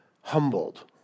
humbled